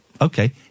Okay